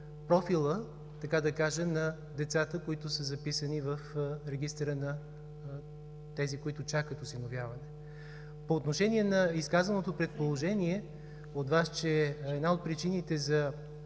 профила на децата, които са записани в регистъра на тези, които чакат осиновяване. По отношение на изказаното предположение от Вас, че една от причините